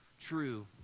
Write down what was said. true